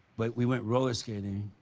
but we went roller skating.